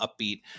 upbeat